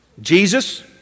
Jesus